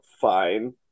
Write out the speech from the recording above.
fine